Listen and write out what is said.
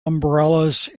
umbrellas